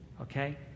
okay